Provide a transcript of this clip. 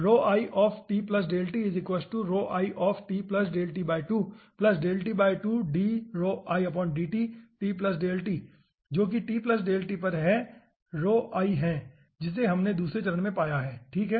आप इसे देखते हैं जो कि पर है जिसे हमने दूसरे चरण में पाया है ठीक है